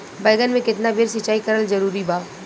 बैगन में केतना बेर सिचाई करल जरूरी बा?